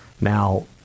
Now